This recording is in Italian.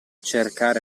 cercare